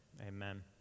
Amen